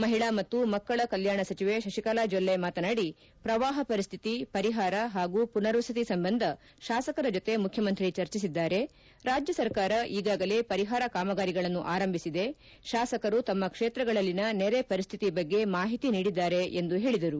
ಮಹಿಳಾ ಮತ್ತು ಮಕ್ಕಳ ಕಲ್ಕಾಣ ಸಚಿವೆ ಶಶಿಕಲಾ ಜೊಲ್ಲೆ ಮಾತನಾಡಿ ಪ್ರವಾಹ ಪರಿಸ್ಥಿತಿ ಪರಿಹಾರ ಹಾಗೂ ಪುನರ್ವಸತಿ ಸಂಬಂಧ ಶಾಸಕರ ಜೊತೆ ಮುಖ್ಯಮಂತ್ರಿ ಚರ್ಚಿಸಿದ್ದಾರೆ ರಾಜ್ಯ ಸರ್ಕಾರ ಈಗಾಗಲೇ ಪರಿಹಾರ ಕಾಮಗಾರಿಗಳನ್ನು ಆರಂಭಿಸಿದೆ ಶಾಸಕರು ತಮ್ಮ ಕ್ಷೇತ್ರಗಳಲ್ಲಿನ ನೆರೆ ಪರಿಸ್ವಿತಿ ಬಗ್ಗೆ ಮಾಹಿತಿ ನೀಡಿದ್ದಾರೆ ಎಂದು ಪೇಳಿದರು